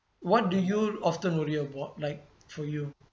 what do you often worry about like for you